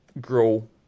grow